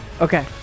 Okay